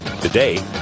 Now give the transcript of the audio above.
Today